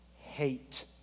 hate